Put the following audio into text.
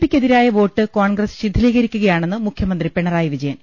P ക്കെതിരായ vote Congress ശിഥിലീകരിക്കു കയാണെന്ന് മുഖ്യമന്ത്രി പിണറായി വിജയൻ